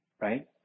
Right